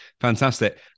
Fantastic